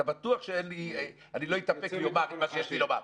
תהיה בטוח שאני לא אתאפק ואומר את מה שיש לי לומר.